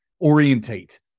orientate